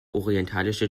orientalische